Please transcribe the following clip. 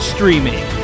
Streaming